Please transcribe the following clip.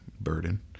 burden